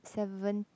seven